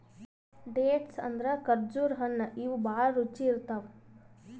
dates ಅಂದ್ರ ಖರ್ಜುರ್ ಹಣ್ಣ್ ಇವ್ ಭಾಳ್ ರುಚಿ ಇರ್ತವ್